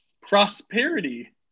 prosperity